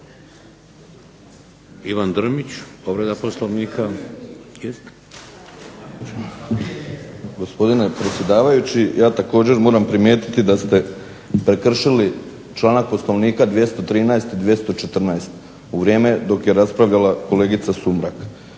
Ivan Drmić, povreda Poslovnika.